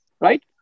right